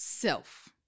self